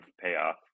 payoff